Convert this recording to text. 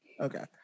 okay